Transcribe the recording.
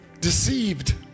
deceived